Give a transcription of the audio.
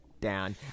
down